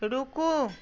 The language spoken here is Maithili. रुकू